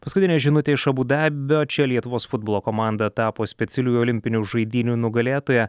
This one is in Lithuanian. paskutinė žinutė iš abu dabio čia lietuvos futbolo komanda tapo specialiųjų olimpinių žaidynių nugalėtoja